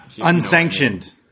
unsanctioned